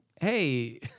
hey